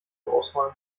ausräumen